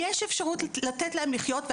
ויש אפשרות לתת להם לחיות.